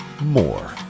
more